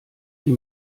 die